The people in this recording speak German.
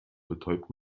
betäubt